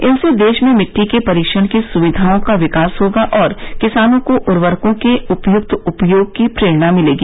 इनसे देश में मिट्टी के परीक्षण की सुविधाओं का विकास होगा और किसानों को उवर्रकों के उपयुक्त उपयोग की प्रेरणा मिलेगी